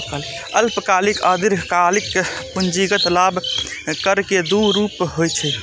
अल्पकालिक आ दीर्घकालिक पूंजीगत लाभ कर के दू रूप होइ छै